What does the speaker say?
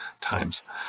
times